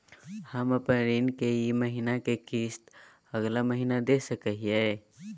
हम अपन ऋण के ई महीना के किस्त अगला महीना दे सकी हियई?